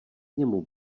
němu